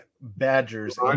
Badgers